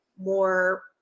more